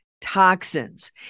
Toxins